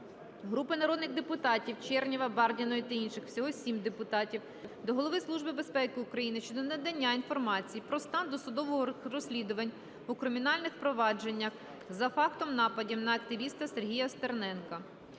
Групи народних депутатів (Чернєва, Бардіної та інших. Всього 7 депутатів) до Голови Служби безпеки України щодо надання інформації про стан досудових розслідувань у кримінальних провадженнях за фактом нападів на активіста Сергія Стерненка.